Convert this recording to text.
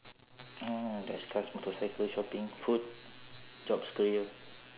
oh there's cars motorcycle shopping food jobs careers